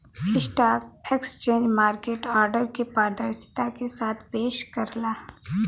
stock exchange market order के पारदर्शिता के साथ पेश करला